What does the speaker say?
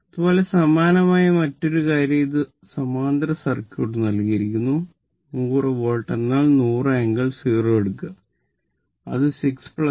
അതുപോലെ സമാനമായ മറ്റൊരു കാര്യം ഇത് സമാന്തര സർക്യൂട്ട് നൽകിയിരിക്കുന്നു 100 വോൾട്ട് എന്നാൽ 100 ∟0 എടുക്കുക അത് 6 j 8 ആണ്